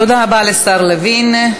תודה רבה לשר לוין.